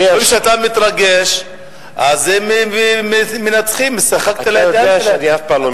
ככל שאתה מתרגש אז הם מנצחים, שיחקת לידיים שלהם.